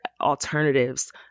alternatives